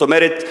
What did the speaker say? זאת אומרת,